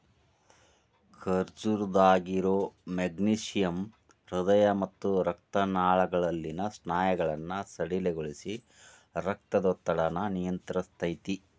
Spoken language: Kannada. ಖರ್ಜೂರದಾಗಿರೋ ಮೆಗ್ನೇಶಿಯಮ್ ಹೃದಯ ಮತ್ತ ರಕ್ತನಾಳಗಳಲ್ಲಿನ ಸ್ನಾಯುಗಳನ್ನ ಸಡಿಲಗೊಳಿಸಿ, ರಕ್ತದೊತ್ತಡನ ನಿಯಂತ್ರಸ್ತೆತಿ